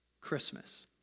Christmas